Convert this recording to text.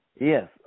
yes